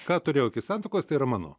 ką turėjau iki santuokos tai yra mano